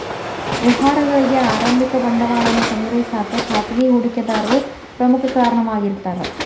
ವ್ಯವಹಾರಗಳಿಗಿ ಆರಂಭಿಕ ಬಂಡವಾಳವನ್ನ ಸಂಗ್ರಹಿಸಕ ಖಾಸಗಿ ಹೂಡಿಕೆದಾರರು ಪ್ರಮುಖ ಕಾರಣವಾಗಿರ್ತಾರ